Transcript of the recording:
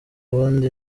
ubundi